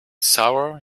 sour